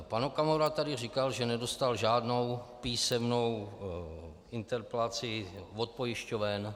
Pan Okamura tady říkal, že nedostal žádnou písemnou interpelaci od pojišťoven.